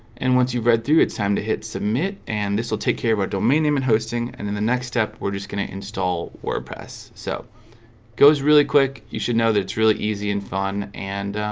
and once you've read through it's time to hit submit and this will take care of our domain name and hosting and in the next step we're just gonna install wordpress. so goes really quick. you should know that it's really easy and fun and